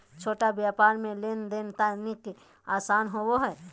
छोट व्यापार मे लेन देन तनिक आसान होवो हय